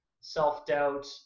self-doubt